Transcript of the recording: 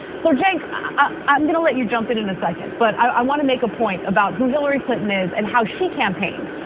so cenk, i'm gonna let you jump in in a second, but i wanna make a point about who hillary clinton is and how she campaigned.